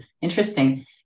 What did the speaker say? Interesting